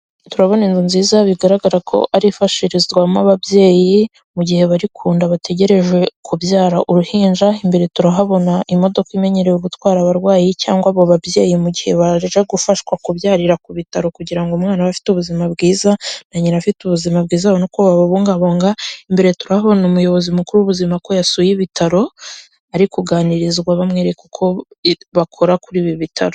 Turabona inzu nziza bigaragara ko arifashirizwamo ababyeyi mu gihe bari ku nda bategereje kubyara uruhinja, imbere turahabona imodoka imenyerewe gutwara abarwayi cyangwa aba babyeyi mu gihe baje gufashwa kubyarira ku bitaro kugira ngo umwana abe afite ubuzima bwiza na nyina afite ubuzima bwiza no kobungabunga, imbere turabona umuyobozi mukuru w'ubuzima ko yasuye ibitaro ari kuganirizwa bamwereka uko bakora kuri ibi bitaro.